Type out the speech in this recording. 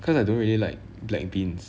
cause I don't really like black beans